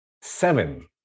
seven